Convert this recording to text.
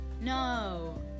no